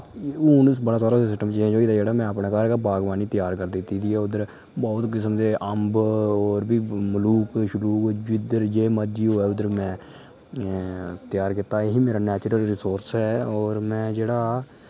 हुन बड़ा हारा सिस्टम चेंज होई गेदा जेह्ड़ा में अपने घर गै बागबानी त्यार करी दित्ती दी ऐ उद्धर बहुत किस्म दे अम्ब होर बी मलूक शलूक जिद्धर जे मर्जी होऐ में त्यार कीता एह् गै मेरा नैचुरल रिसोर्स ऐ और में जेह्ड़ा